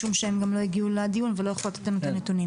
משום שהם גם לא הגיעו לדיון ולא יכלו לתת את הנתונים.